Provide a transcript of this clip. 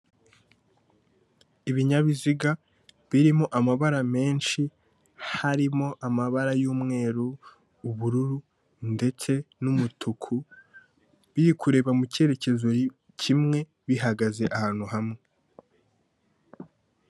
Ibinyabiziga birimo amabara menshi, harimo: amabara y'umweru, ubururu, ndetse n'umutuku, biri kureba mu cyerekezo kimwe bihagaze ahantu hamwe.